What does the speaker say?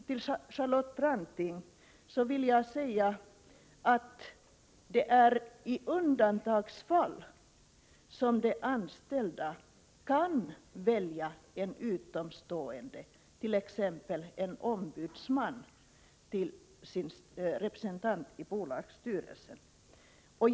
Till Charlotte Branting vill jag säga att det endast är i undantagsfall som de anställda kan välja en utomstående — t.ex. en ombudsman — som sin representant i bolagsstyrelsen.